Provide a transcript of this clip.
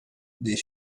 des